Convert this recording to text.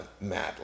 mad